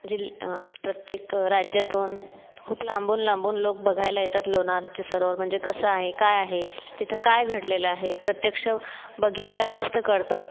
जिल प्रत्येक राज्यातून खूप लांबून लांबून लोक बघायला येतात लोणारचे सरोवर म्हणजे कसं आहे काय आहे तिथं काय घडलेलं आहे प्रत्यक्ष बघितल्यावरच तर कळतं